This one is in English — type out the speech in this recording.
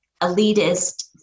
elitist